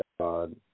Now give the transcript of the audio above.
God